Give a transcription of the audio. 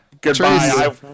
Goodbye